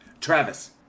Travis